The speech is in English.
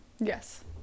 Yes